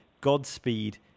Godspeed